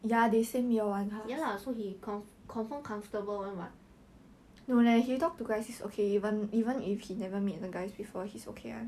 oh my god oh my god okay 如果他单身 right you should go for him !huh! 讲真的 ah